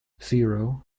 zero